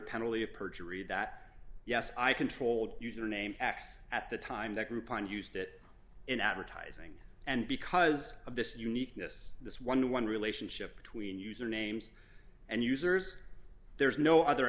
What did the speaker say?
penalty of perjury that yes i controlled user name x at the time that groupon used it in advertising and because of this uniqueness this one to one relationship between usernames and users there's no other